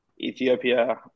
Ethiopia